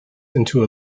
into